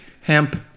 Hemp